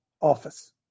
office